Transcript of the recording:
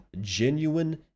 genuine